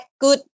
good